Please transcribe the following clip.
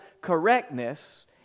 correctness